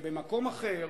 במקום אחר